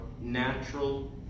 natural